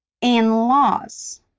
in-laws